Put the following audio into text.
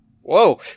Whoa